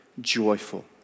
joyful